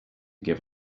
give